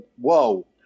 whoa